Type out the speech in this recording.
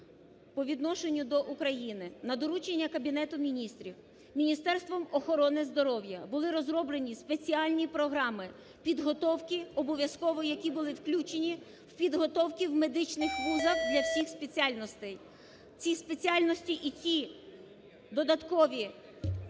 по відношенню до України, на доручення Кабінету Міністрів Міністерством охорони здоров'я були розроблені спеціальні програми підготовки обов'язково, які були включені в підготовки в медичних вузах для всіх спеціальностей. Ці спеціальності і ті додаткові